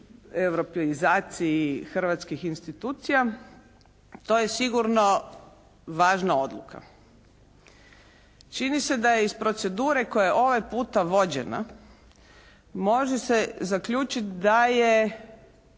europeizaciji hrvatskih institucija to je sigurno važna odluka. Čini se da je iz procedura koja je ovaj puta vođena može se zaključiti da je